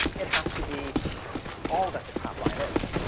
it has to be all that the top line is.